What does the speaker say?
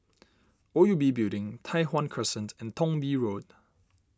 O U B Building Tai Hwan Crescent and Thong Bee Road